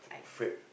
frappe